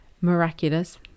Miraculous